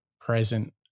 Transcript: present